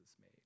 made